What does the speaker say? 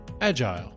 Agile